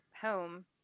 home